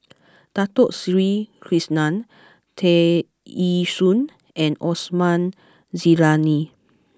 Dato Sri Krishna Tear Ee Soon and Osman Zailani